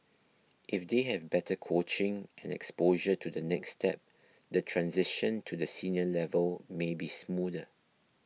if they have better coaching and exposure to the next step the transition to the senior level may be smoother